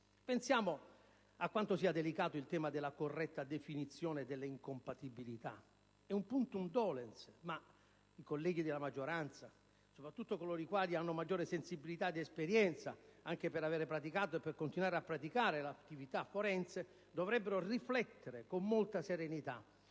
Pensiamo a quanto sia delicato il tema della corretta definizione delle incompatibilità. È un *punctum dolens*, ma i colleghi della maggioranza, soprattutto coloro i quali hanno maggiore sensibilità ed esperienza anche per aver praticato e continuare a praticare l'attività forense, dovrebbero riflettere con molta serenità.